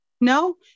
No